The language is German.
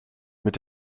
mit